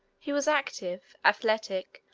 he was active, athletic,